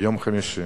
יום חמישי,